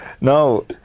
no